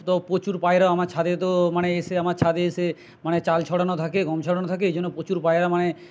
তো প্রচুর পায়রা আমার ছাদে তো মানে এসে আমার ছাদে এসে মানে চাল ছড়ানো থাকে গম ছড়ানো থাকে এ জন্য প্রচুর পায়রা মানে